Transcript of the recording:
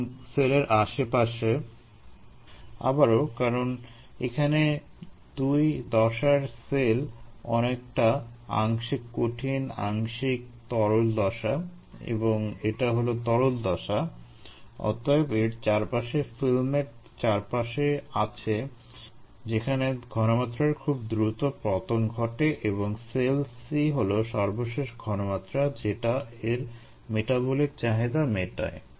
এবং সেলের আশেপাশে আবারো কারণ এখানে 2 দশার সেল অনেকটা আংশিক কঠিন আংশিক তরল দশা এবং এটা হলো তরল দশা অতএব এর চারপাশে ফিল্ম এর চারপাশে আছে যেখানে ঘনমাত্রার খুব দ্রুত পতন ঘটে এবং সেল C হলো সর্বশেষ ঘনমাত্রা যেটা এর মেটাবলিক চাহিদা মেটায়